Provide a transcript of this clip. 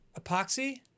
Epoxy